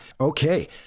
Okay